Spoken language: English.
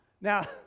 Now